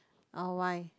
uh why